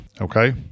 okay